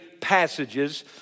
passages